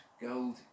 gold